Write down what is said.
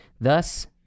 thus